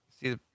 See